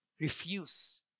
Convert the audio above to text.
Refuse